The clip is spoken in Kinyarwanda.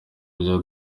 rya